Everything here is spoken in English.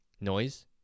noise